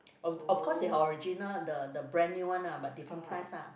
of of course is original the the brand new one ah but different price ah